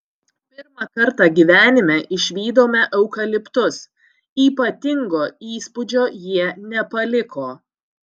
pirmą kartą gyvenime išvydome eukaliptus ypatingo įspūdžio jie nepaliko